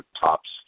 tops